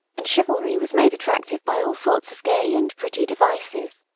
and chivalry was made attractive by all sorts of gay and pretty devices.